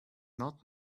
not